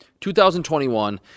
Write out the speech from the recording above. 2021